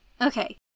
Okay